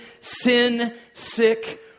sin-sick